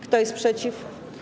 Kto jest przeciw?